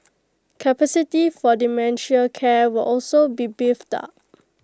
capacity for dementia care will also be beefed up